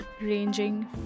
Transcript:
ranging